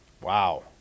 Wow